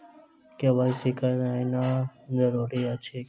KYC करानाइ जरूरी अछि की?